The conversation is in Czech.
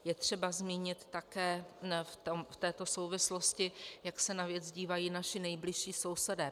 Je třeba zmínit také v této souvislosti, jak se na věc dívají naši nejbližší sousedé.